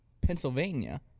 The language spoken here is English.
Pennsylvania